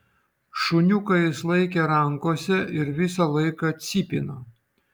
šuniuką jis laikė rankose ir visą laiką cypino